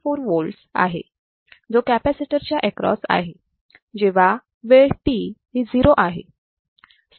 4 volts आहे जो capacitor च्या एक्रॉस आहे जेव्हा वेळ t ही 0 आहे